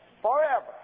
Forever